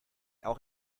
auch